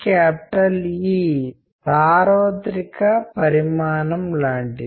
కానీ చాలా కాలంగా జనాలు కమ్యూనికేషన్ నమూనాలను రూపొందించడానికి ప్రయత్నిస్తున్నట్లు మీరు చూస్తున్నారు